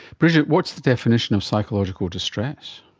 bridgette, what's the definition of psychological distress?